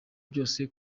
byose